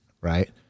right